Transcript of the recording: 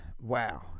wow